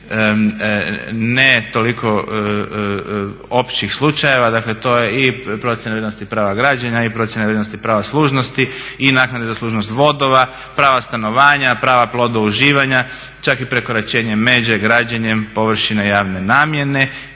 ne toliko općih slučajeva, dakle to je i procjena vrijednosti prava građana i procjena vrijednosti pravoslužnosti i naknade za služnost vodova, prava stanovanja, prava plodova uživanja, čak i prekoračenje međe građenjem površine javne namjene